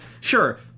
Sure